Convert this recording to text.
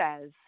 says